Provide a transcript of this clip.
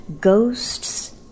ghosts